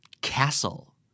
castle